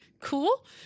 cool